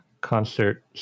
concert